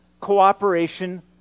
cooperation